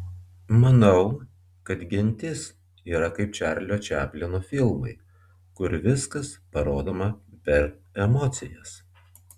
manau kad gentis yra kaip čarlio čaplino filmai kur viskas parodoma per emocijas